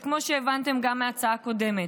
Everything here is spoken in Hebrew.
וכמו שהבנתם גם מההצעה הקודמת,